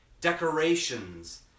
decorations